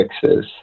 fixes